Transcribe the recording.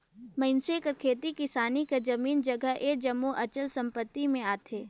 मइनसे कर खेती किसानी कर जमीन जगहा ए जम्मो अचल संपत्ति में आथे